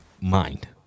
mind